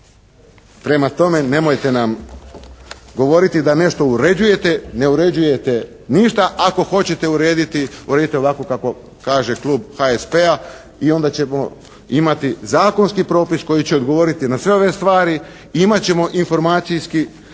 Prema tome, nemojte nam govoriti da nešto uređujete. Ne uređujete ništa. Ako hoćete urediti, uredite ovako kako kaže klub HSP-a i onda ćemo imati zakonski propis koji će odgovoriti na sve ove stvari. Imat ćemo informacijski